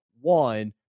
one